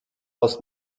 aus